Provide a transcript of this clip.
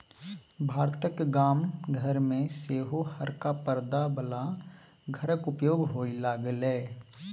भारतक गाम घर मे सेहो हरका परदा बला घरक उपयोग होए लागलै